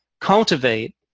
cultivate